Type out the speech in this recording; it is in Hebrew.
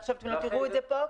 עכשיו תראו את זה פה,